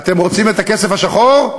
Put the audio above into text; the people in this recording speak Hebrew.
אתם רוצים את הכסף השחור?